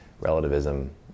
relativism